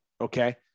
Okay